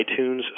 iTunes